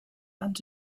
and